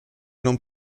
non